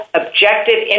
objective